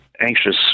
anxious